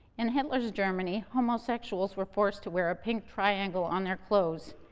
in hitler's germany, homosexuals were forced to wear a pink triangle on their clothes,